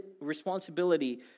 responsibility